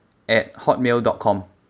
at Hotmail dot com